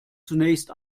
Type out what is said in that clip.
zunächst